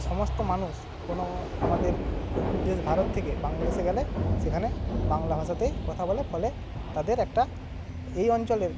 সমস্ত মানুষ কোনো আমাদের দেশ ভারত থেকে বাংলাদেশে গেলে সেখানে বাংলা ভাষাতেই কথা বলে ফলে তাদের একটা এই অঞ্চলের